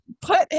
put